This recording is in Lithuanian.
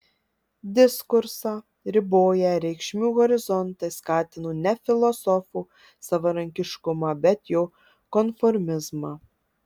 diskursą riboję reikšmių horizontai skatino ne filosofo savarankiškumą bet jo konformizmą